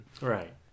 Right